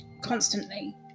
constantly